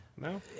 No